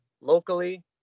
locally